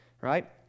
right